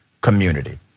community